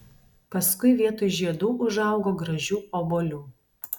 paskui vietoj žiedų užaugo gražių obuolių